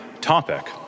topic